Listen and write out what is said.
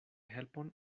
helpon